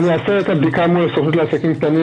אני אעשה את הבדיקה מול הסוכנות לעסקים קטנים